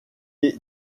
est